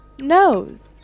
nose